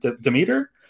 Demeter